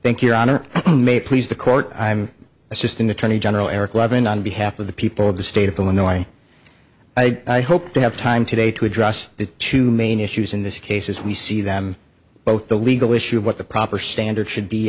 thank your honor may please the court i'm assisting attorney general eric levin on behalf of the people of the state of illinois i hope to have time today to address the two main issues in this case as we see them both the legal issue of what the proper standards should be